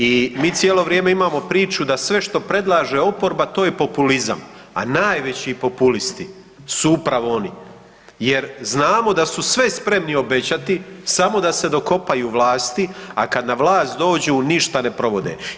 I mi cijelo vrijeme imamo priču da sve što predlaže oporba to je populizam, a najveći populisti su upravo oni jer znamo da su sve spremni obećati samo da se dokopaju vlasti, a kad na vlast dođu ništa ne provode.